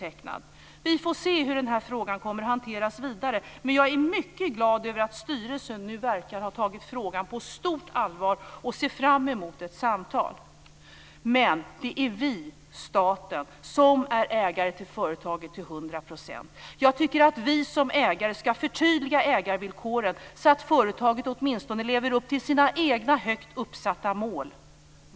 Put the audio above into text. Vi får se hur denna fråga kommer att hanteras vidare. Jag är mycket glad över att styrelsen nu verkar ha tagit frågan på stort allvar och ser framemot ett samtal. Men det är vi - staten - som är ägare till företaget till hundra procent. Jag tycker att vi som ägare ska förtydliga ägarvillkoren, så att företaget åtminstone lever upp till sina egna högt uppsatta mål.